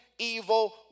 Evil